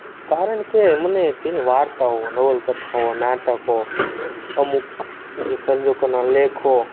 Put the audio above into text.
કારણ કે મને તેની વાર્તાઓ નવલકથાઓ નાટકો અમુક જે સર્જકોના લેખો